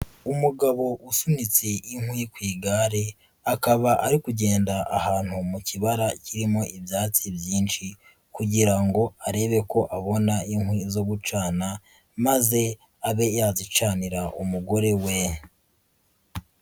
Umugabo usunitse inkwi ku igare, akaba ari kugenda ahantu mu kibara kirimo ibyatsi byinshi kugira ngo arebe ko abona inkwi zo gucana, maze abe yaducanira umugore we.